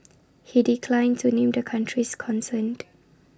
he declined to name the countries concerned